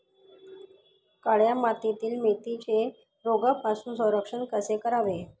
काळ्या मातीतील मेथीचे रोगापासून संरक्षण कसे करावे?